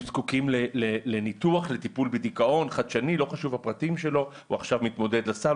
זקוקים לניתוח חדשני לטיפול בדיכאון שעכשיו מתמודד לסל,